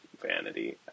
vanity